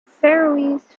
faroese